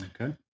Okay